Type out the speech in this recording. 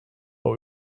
but